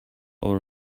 other